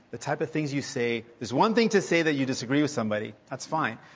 the type of things you say it's one thing to say that you disagree with somebody, that's fine,